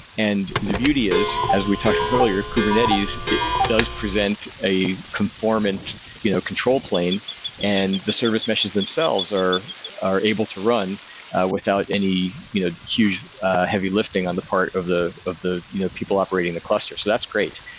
and the beauty is as we talked earlier, kubernetes does present a conformant you know control plane and the service meshes themselves are are able to run without any you know huge heavy lifting on the part of the of the you know people operating the clusters. so that's great.